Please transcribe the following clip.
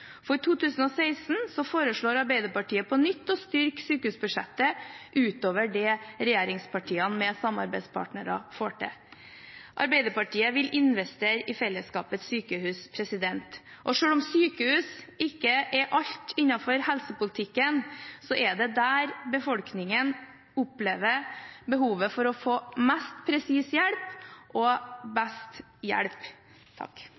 sykehusene. For 2016 foreslår Arbeiderpartiet på nytt å styrke sykehusbudsjettet utover det regjeringspartiene, med samarbeidspartnere, får til. Arbeiderpartiet vil investere i fellesskapets sykehus. Og selv om sykehus ikke er alt innenfor helsepolitikken, er det der befolkningen opplever behovet for å få mest presis hjelp og best hjelp.